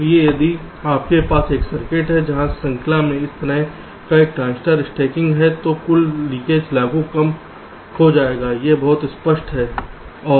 इसलिए यदि आपके पास एक सर्किट है जहां श्रृंखला में इस तरह का एक ट्रांजिस्टर स्टैकिंग है तो कुल लीकेज चालू कम हो जाएगा यह बहुत स्पष्ट है